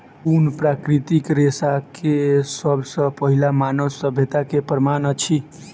ऊन प्राकृतिक रेशा के सब सॅ पहिल मानव सभ्यता के प्रमाण अछि